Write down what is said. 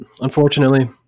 unfortunately